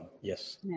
yes